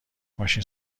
ماشین